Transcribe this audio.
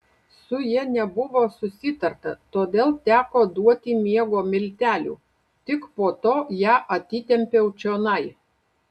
su ja nebuvo susitarta todėl teko duoti miego miltelių tik po to ją atitempiau čionai